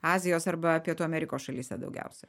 azijos arba pietų amerikos šalyse daugiausia